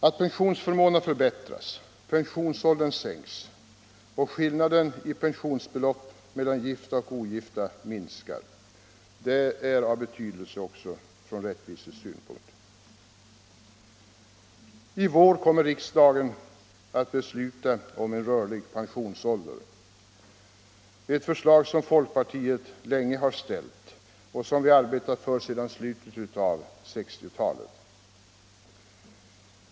Att pensionsförmånerna förbättras, pensionsåldern sänks och skillnaden i pensionsbelopp mellan gifta och ogifta minskar är av betydelse också från rättvisesynpunkt. Riksdagen kommer i vår att besluta om rörlig pensionsålder. Det är ett förslag som folkpartiet länge har ställt och som vi har arbetat för sedan slutet av 1960-talet.